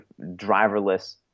driverless